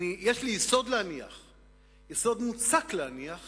יש לי יסוד מוצק להניח